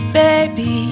baby